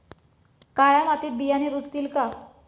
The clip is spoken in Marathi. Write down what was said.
काळ्या मातीत बियाणे रुजतील का?